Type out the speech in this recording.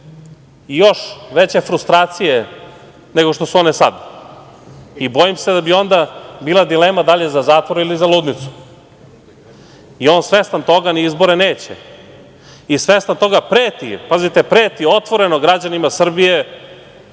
i još veće frustracije nego što su one sad. Bojim se da bi onda bila dilema da li je za zatvor ili za ludnicu. I on svestan toga na izbore neće. I svestan toga preti, pazite, preti otvoreno građanima Srbije